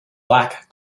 black